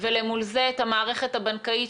ולמול זה את המערכת הבנקאית,